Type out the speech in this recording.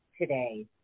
today